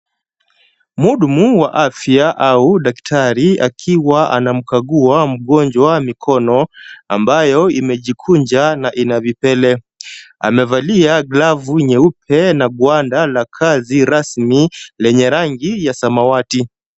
Mhudumu wa afya au daktari akiwa anamkagua mgonjwa mikono ambayo imejikunja na ina vipele. Amevalia glavu nyeupe na gwanda la kazi rasmi lenye rangi ya samawati.